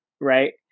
right